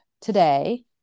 today